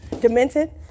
demented